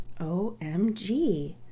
OMG